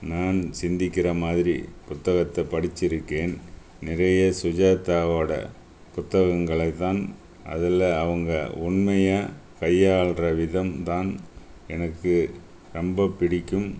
நான் சிந்திக்கிற மாதிரி புத்தகத்தை படிச்சுருக்கேன் நிறைய சுஜாதாவோடய புத்தகங்களை தான் அதில் அவங்க உண்மையை கையாள்கிற விதம் தான் எனக்கு ரொம்ப பிடிக்கும்